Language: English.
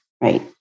right